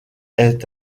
est